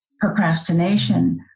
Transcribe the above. procrastination